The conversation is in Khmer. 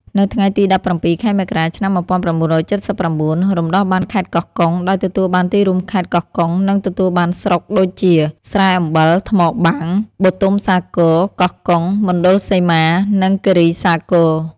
នៅថ្ងៃទី ១៧ ខែមករា ឆ្នាំ ១៩៧៩ រំដោះបានខេត្តកោះកុង ដោយទទួលបានទីរួមខេត្ត កោះកុង និងទទួលបានស្រុកដូចជា ស្រែអំបិល ថ្មបាំង បូទុមសាគរ កោះកុង មណ្ឌលសីម៉ា និងគីរីសាគរ។